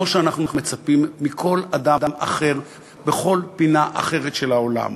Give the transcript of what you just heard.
כמו שאנחנו מצפים שיהיו לכל אדם אחר בכל פינה אחרת של העולם.